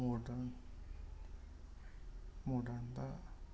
modern modern फोरखौ